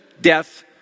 death